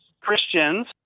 Christians